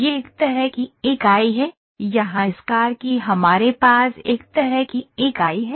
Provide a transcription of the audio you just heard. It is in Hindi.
यह एक तरह की इकाई है यहाँ इस कार की हमारे पास एक तरह की इकाई है